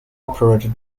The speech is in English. operated